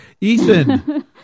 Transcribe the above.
Ethan